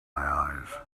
eyes